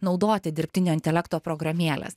naudoti dirbtinio intelekto programėles